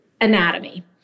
anatomy